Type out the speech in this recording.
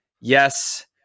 yes